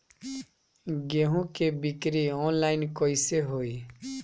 गेहूं के बिक्री आनलाइन कइसे होई?